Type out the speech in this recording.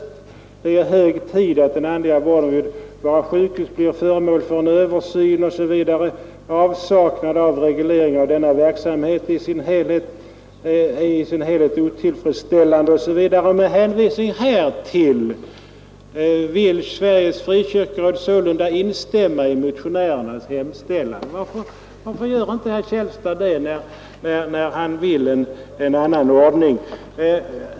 Det är, säger frikyrkorådet, ”hög tid att den andliga vården vid våra sjukhus blir föremål för översyn”, och anför vidare att ”avsaknaden av reglering av denna verksamhet i sin helhet varit otillfredsställande”. Med hänvisning härtill vill Sveriges frikyrkoråd instämma i motionärernas hemställan. Varför gör inte herr Källstad det, när han vill ha en annan ordning?